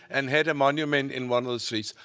and had a monument in one of the streets.